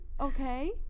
Okay